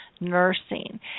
nursing